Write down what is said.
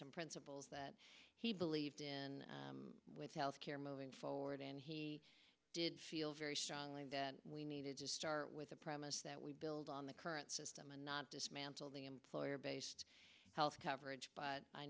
some principles that he believed in with health care moving forward and he did feel very strongly that we needed to start with a promise that we build on the current system and not dismantle the employer based health coverage but i